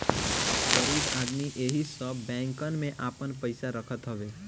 गरीब आदमी एही सब बैंकन में आपन पईसा रखत हवे